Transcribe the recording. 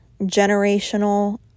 generational